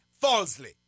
falsely